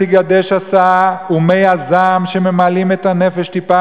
"תיגדש הסאה ומי הזעם שממלאים את הנפש טיפה